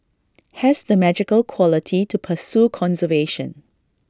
has the magical quality to pursue conservation